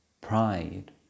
pride